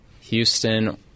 Houston